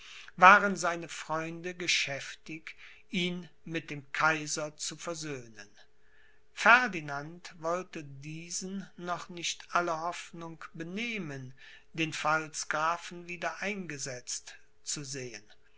waren seine freunde geschäftig ihn mit dem kaiser zu versöhnen ferdinand wollte diesen noch nicht alle hoffnung benehmen den pfalzgrafen wieder eingesetzt zu sehen